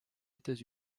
états